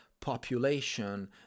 population